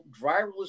driverless